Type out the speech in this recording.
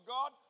God